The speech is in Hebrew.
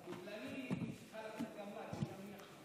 גברתי היושבת-ראש.